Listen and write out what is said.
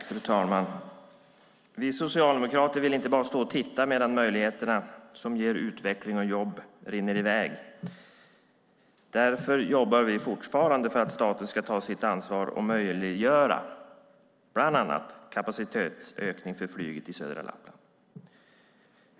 Fru talman! Vi socialdemokrater vill inte bara stå och titta medan möjligheterna till utveckling och jobb rinner i väg. Därför jobbar vi fortfarande för att staten ska ta sitt ansvar och bland annat möjliggöra en kapacitetsökning för flyget i södra Lappland.